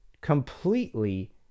completely